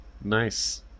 Nice